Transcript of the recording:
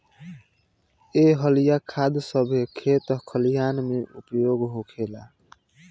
एह घरिया खाद सभे खेत खलिहान मे उपयोग होखेला